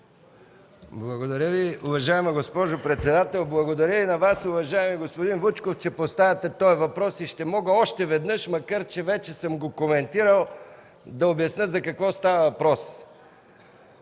Благодаря Ви, уважаема госпожо председател. Благодаря и на Вас, уважаеми господин Вучков, че поставяте този въпрос. Ще мога още веднъж, макар че вече съм го коментирал, да обясня за какво става въпрос.